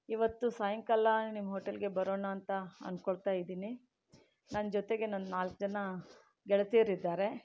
ಇವತ್ತು ಸಾಯಂಕಾಲ ನಿಮ್ಮ ಹೋಟೇಲ್ಗೆ ಬರೋಣ ಅಂತ ಅಂದ್ಕೊಳ್ತಾ ಇದ್ದೀನಿ ನನ್ನ ಜೊತೆಗೆ ನನ್ನ ನಾಲ್ಕು ಜನ ಗೆಳತಿಯರಿದ್ದಾರೆ